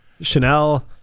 Chanel